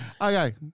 Okay